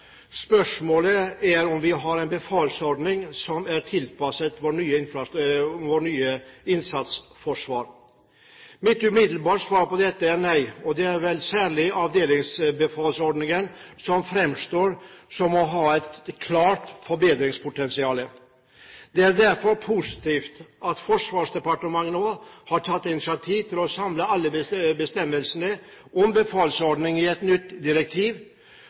Spørsmålet er om vi har en befalsordning som er tilpasset vårt nye innsatsforsvar. Mitt umiddelbare svar på dette er nei, og det er vel særlig avdelingsbefalsordningen som fremstår som å ha et klart forbedringspotensial. Det er derfor positivt at Forsvarsdepartementet nå har tatt initiativ til å samle alle bestemmelsene om befalsordningen i et nytt direktiv